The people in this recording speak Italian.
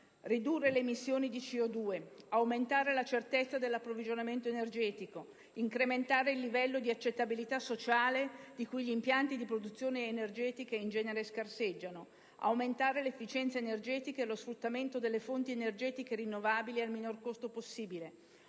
delle emissioni di CO2; l'aumento della certezza dell'approvvigionamento energetico; l'incremento del livello di accettabilità sociale di cui gli impianti di produzione energetica in genere scarseggiano; l'aumento dell'efficienza energetica e dello sfruttamento delle fonti energetiche rinnovabili al minor costo possibile;